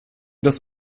das